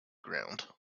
ground